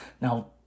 Now